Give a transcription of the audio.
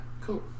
Cool